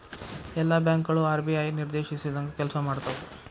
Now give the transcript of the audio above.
ಎಲ್ಲಾ ಬ್ಯಾಂಕ್ ಗಳು ಆರ್.ಬಿ.ಐ ನಿರ್ದೇಶಿಸಿದಂಗ್ ಕೆಲ್ಸಾಮಾಡ್ತಾವು